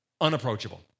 unapproachable